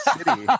city